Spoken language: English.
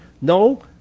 No